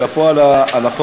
שאפו על החוק,